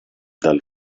dal